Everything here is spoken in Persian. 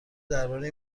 درباره